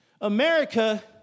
America